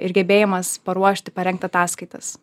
ir gebėjimas paruošti parengt ataskaitas